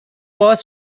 باز